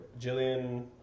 Jillian